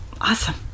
Awesome